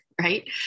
right